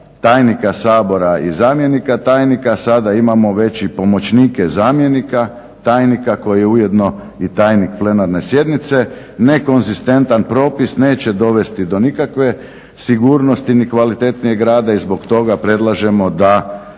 tajnika Sabora i zamjenika tajnika, sada imamo već i pomoćnike zamjenika tajnika koji je ujedno i tajnik plenarne sjednice. Nekonzistentan propis neće dovesti do nikakve sigurnosti ni kvalitetnijeg rada i zbog toga predlažemo da